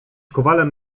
kowalem